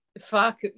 Fuck